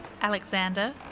Alexander